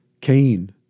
Cain